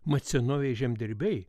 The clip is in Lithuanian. mat senovėj žemdirbiai